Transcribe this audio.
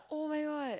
[oh]-my-God